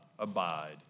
Abide